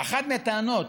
אחת מהטענות